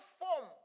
form